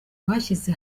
bashyize